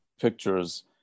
pictures